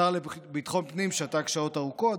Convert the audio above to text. השר לביטחון הפנים שתק שעות ארוכות,